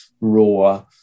raw